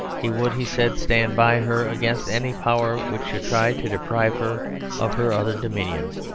he would, he said, stand by her against any power which should try to deprive her of her other dominions,